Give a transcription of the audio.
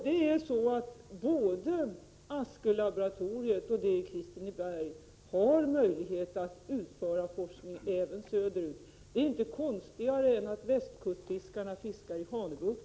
Såväl Askölaboratoriet som laboratoriet i Kristineberg har möjlighet att utföra forskning även söderut. Det är inte konstigare än att västkustfiskarna fiskar i Hanöbukten.